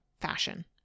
fashion